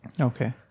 Okay